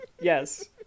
Yes